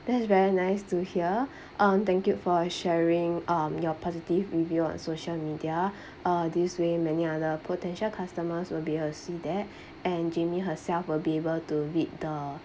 that is very nice to hear uh thank you for sharing um your positive review on social media uh this way many other potential customers will be able to see there and jamie herself will be able to read the